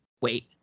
Wait